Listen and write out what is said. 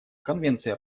конвенция